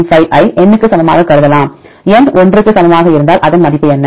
95 ஐ N க்கு சமமாகக் கருதலாம் N 1 க்கு சமமாக இருந்தால் மதிப்பு என்ன